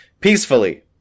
peacefully